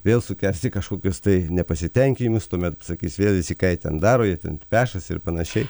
vėl sukesti kažkokius tai nepasitenkinimus tuomet sakys vėl visi ką jie ten daro jie ten pešasi ir panašiai